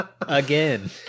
Again